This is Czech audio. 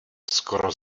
skoro